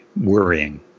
Worrying